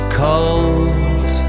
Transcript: cold